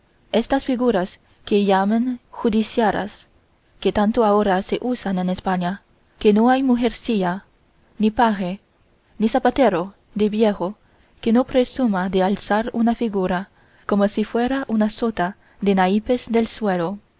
estas figuras que llaman judiciarias que tanto ahora se usan en españa que no hay mujercilla ni paje ni zapatero de viejo que no presuma de alzar una figura como si fuera una sota de naipes del suelo